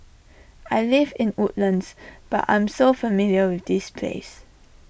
I live in Woodlands but I'm so familiar with this place